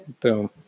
Boom